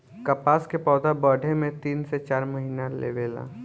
कपास के पौधा बढ़े में तीन से चार महीना लेवे ला